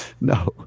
No